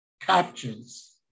captures